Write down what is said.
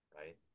right